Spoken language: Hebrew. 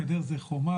גדר זה חומה.